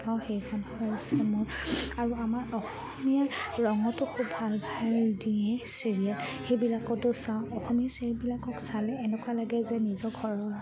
চাওঁ সেইখন হৈ আছে মোৰ আৰু আমাৰ অসমীয়া ৰঙতো খুব ভাল ভাল দিয়ে চিৰিয়েল সেইবিলাকতো চাওঁ অসমীয়া চিৰিয়েলবিলাকক চালে এনেকুৱা লাগে যে নিজৰ ঘৰৰ